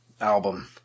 Album